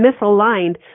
misaligned